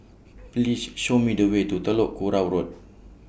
Please Show Me The Way to Telok Kurau Road